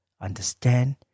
understand